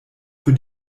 für